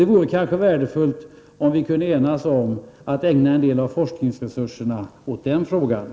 Det vore kanske värdefullt om vi kunde enas om att satsa en del av forskningsresurserna på att utreda den saken.